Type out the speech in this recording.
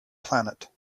planet